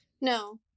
No